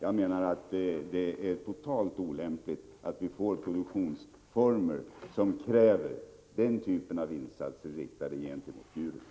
Jag menar att det är helt olämpligt att vi får produktionsformer som kräver den typen av insatser riktade mot djuren.